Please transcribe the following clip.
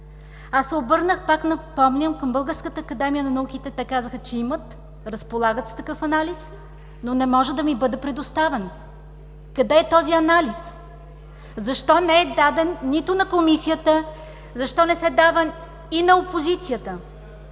Аз се обърнах пак към Българската академия на науките. Те казаха, че имат, разполагат с такъв анализ, но не може да ми бъде предоставен. Къде е този анализ? Защо не е даден нито на Комисията, защо не се дава и на опозицията,